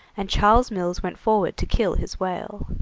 and charles mills went forward to kill his whale.